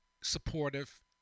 supportive